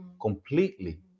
completely